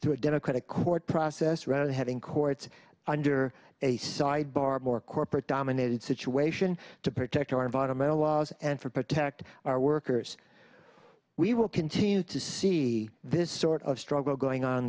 through a democratic court process rather than having courts under a side bar more corporate dominated situation to protect our environmental laws and for protect our workers we will continue to see this sort of struggle going on